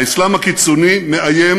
האסלאם הקיצוני מאיים